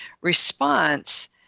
response